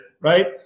right